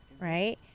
right